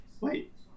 wait